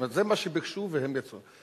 זאת אומרת, זה מה שהם ביקשו והם קיבלו.